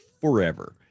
forever